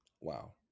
Wow